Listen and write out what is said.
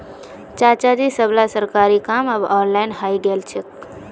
चाचाजी सबला सरकारी काम अब ऑनलाइन हइ गेल छेक